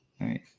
right